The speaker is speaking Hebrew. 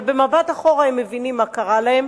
אבל במבט אחורה הם מבינים מה קרה להם.